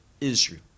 Israel